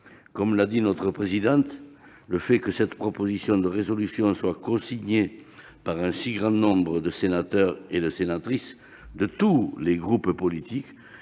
Comme l'a souligné notre présidente, le fait que cette proposition de résolution soit cosignée par un si grand nombre de sénateurs et de sénatrices, de tous les groupes politiques,